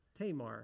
Tamar